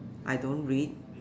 I don't read